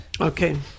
Okay